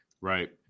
Right